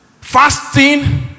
Fasting